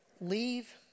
Leave